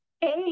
Hey